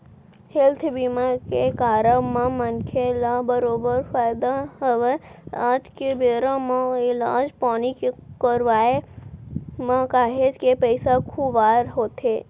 health बीमा के कारब म मनखे ल बरोबर फायदा हवय आज के बेरा म इलाज पानी के करवाय म काहेच के पइसा खुवार होथे